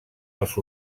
els